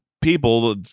people